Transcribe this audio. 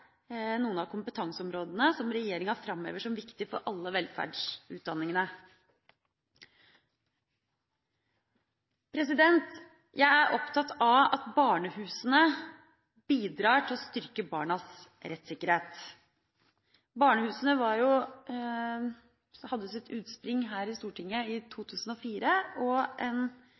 noen av kompetanseområdene som regjeringa framhever som viktig for alle velferdsutdanningene. Jeg er opptatt av at barnehusene bidrar til å styrke barnas rettssikkerhet. Barnehusene hadde sitt utspring her i Stortinget i 2004, og